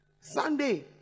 Sunday